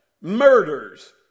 Murders